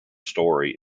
story